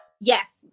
Yes